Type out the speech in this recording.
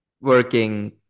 working